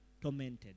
tormented